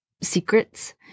secrets